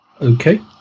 Okay